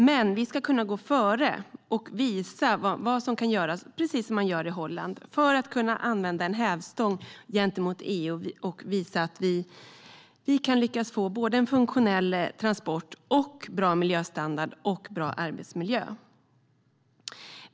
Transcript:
Men vi ska kunna gå före och visa vad som kan göras, precis som man gör i Holland, för att kunna använda det som hävstång gentemot EU och visa att vi kan lyckas få såväl en funktionell transport som bra miljöstandard och bra arbetsmiljö.